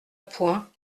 point